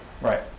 Right